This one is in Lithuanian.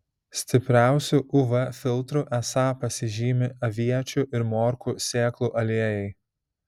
stipriausiu uv filtru esą pasižymi aviečių ir morkų sėklų aliejai